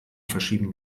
verschieben